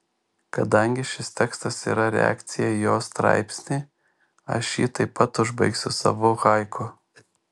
kadangi šis tekstas yra reakcija į jo straipsnį aš jį taip pat užbaigsiu savu haiku